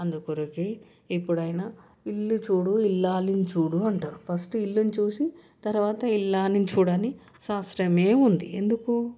అందుకొరకే ఎప్పుడైనా ఇల్లు చూడు ఇల్లాలని చూడు అంటారు ఫస్ట్ ఇల్లును చూసి తర్వాత ఇల్లాలని చూడాలి శాస్త్రమే ఉంది ఎందుకు